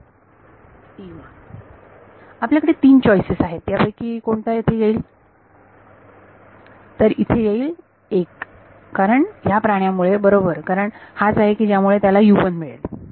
विद्यार्थी आपल्याकडे 3 चॉईसेस आहेत त्यापैकी कोणता येथे येईल तर इथे येईल 1 कारण ह्या प्राण्यामुळे बरोबर कारण हाच आहे की ज्यामुळे त्याला मिळेल